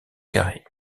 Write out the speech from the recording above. carrés